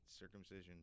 circumcision